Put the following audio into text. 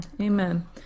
amen